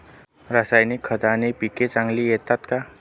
रासायनिक खताने पिके चांगली येतात का?